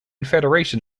federation